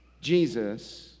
Jesus